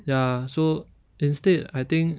ya so instead I think